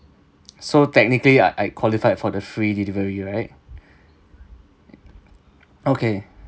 so technically I I qualified for the free delivery right okay